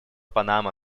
панама